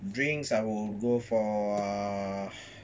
drinks I will go for err